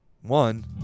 one